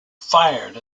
fired